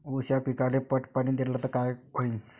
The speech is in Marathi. ऊस या पिकाले पट पाणी देल्ल तर काय होईन?